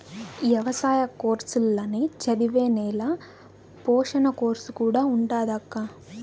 ఎవసాయ కోర్సుల్ల నే చదివే నేల పోషణ కోర్సు కూడా ఉండాదక్కా